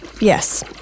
Yes